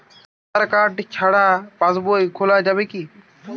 আধার card ছাড়া পাশবই খোলা যাবে কি?